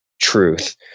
truth